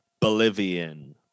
Bolivian